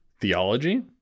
theology